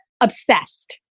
obsessed